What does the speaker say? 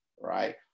right